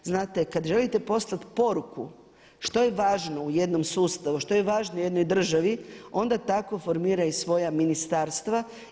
Znate, kada želite poslati poruku što je važno u jednom sustavu, što je važno u jednoj državi, onda tako formira i svoja ministarstva.